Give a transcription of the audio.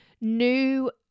new